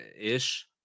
ish